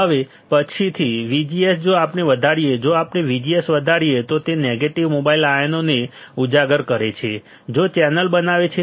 હવે પછીથી VGS જો આપણે વધારીએ જો આપણે VGS વધારીએ તો તે નેગેટિવ મોબાઇલ આયનોને ઉજાગર કરે છે જે ચેનલ બનાવે છે